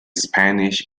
spanish